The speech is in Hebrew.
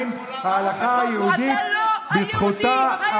ההלכה היהודית היא גם שלי.